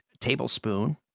Tablespoon